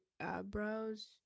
eyebrows